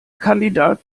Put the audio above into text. kandidat